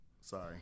Sorry